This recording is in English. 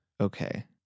okay